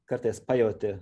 kartais pajauti